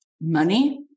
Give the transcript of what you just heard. money